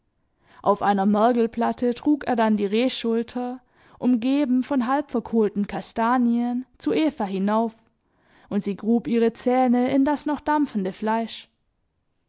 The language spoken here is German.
auf einer mergelplatte trug er dann die rehschulter umgeben von halbverkohlten kastanien zu eva hinauf und sie grub ihre zähne in das noch dampfende fleisch